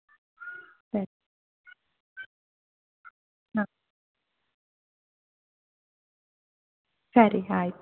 ಸರಿ ಹಾಂ ಸರಿ ಆಯ್ತ್